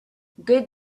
good